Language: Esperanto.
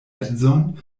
edzon